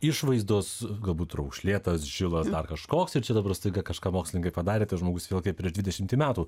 išvaizdos galbūt raukšlėtas žilas dar kažkoks ir čia dabar staiga kažką mokslininkai padarė tas žmogus vėl kaip prieš dvidešimtį metų